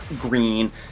green